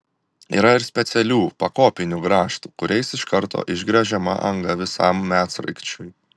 yra ir specialių pakopinių grąžtų kuriais iš karto išgręžiama anga visam medsraigčiui